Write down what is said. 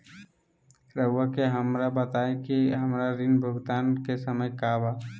रहुआ हमरा के बताइं कि हमरा ऋण भुगतान के समय का बा?